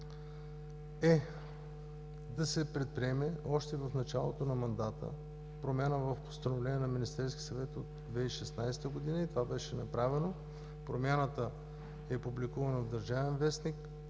е да се предприеме още в началото на мандата промяна в Постановление на Министерския съвет от 2016 г., и това беше направено. Промяната е публикувана в „Държавен вестник“,